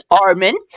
Armin